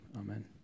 amen